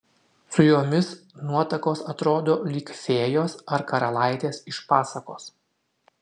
su jomis nuotakos atrodo lyg fėjos ar karalaitės iš pasakos